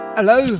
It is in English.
Hello